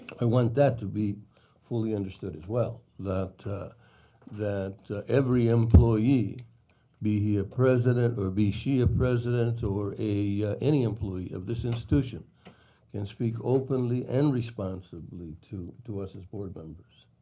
ah want that to be fully understood as well. that that every employee be he a president or be she a president or any employee of this institution can speak openly and responsibly to to us as board members.